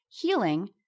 healing